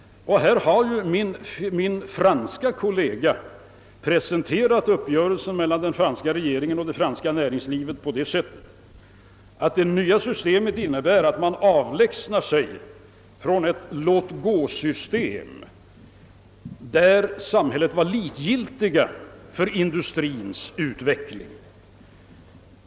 Här har min franske kollega presenterat uppgörelsen mellan den franska regeringen och det franska näringslivet på det sättet, att det nya systemet innebär att man avlägsnar sig från ett låtgå-system där samhället är likgiltigt för industriens utveckling.